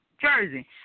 Jersey